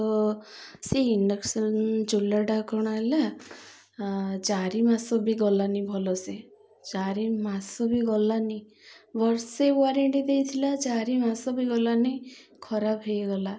ତ ସେଇ ଇଣ୍ଡକ୍ସନ୍ ଚୁଲାଟା କ'ଣ ହେଲା ଚାରି ମାସ ବି ଗଲାନି ଭଲସେ ଚାରି ମାସ ବି ଗଲାନି ବର୍ଷେ ୱାରେଣ୍ଟି ଦେଇ ଥିଲା ଚାରି ମାସ ବି ଗଲାନି ଖରାପ ହେଇଗଲା